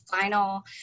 final